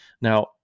Now